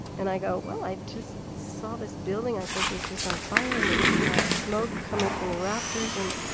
and i go, well, i just saw this building i think was just on fire. and it's got smoke coming from the rafters. and